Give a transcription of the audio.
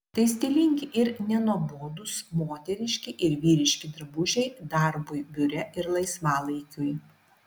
tai stilingi ir nenuobodūs moteriški ir vyriški drabužiai darbui biure ir laisvalaikiui